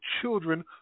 children